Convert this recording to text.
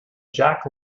jack